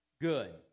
good